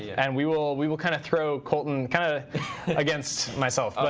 and we will we will kind of throw colton kind of against myself.